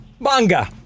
Banga